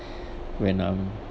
when I'm